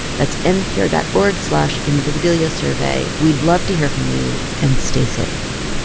that's npr dot org slash invisibiliasurvey. we'd love to hear from you. and stay safe.